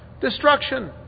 destruction